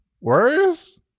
worse